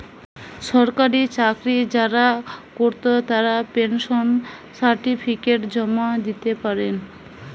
সরকারি চাকরি যারা কোরত তারা পেনশন সার্টিফিকেট জমা দিতে পারে